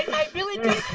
i really did.